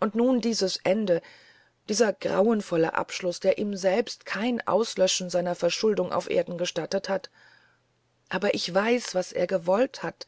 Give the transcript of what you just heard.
und nun dieses ende dieser grauenvolle abschluß der ihm selbst kein auslöschen seiner verschuldung auf erden gestattet hat aber ich weiß was er gewollt hat